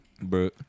Bro